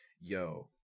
Yo